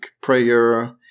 prayer